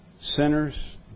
sinners